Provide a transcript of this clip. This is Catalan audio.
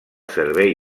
servei